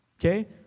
Okay